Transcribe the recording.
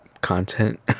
content